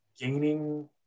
gaining